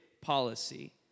policy